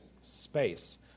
Space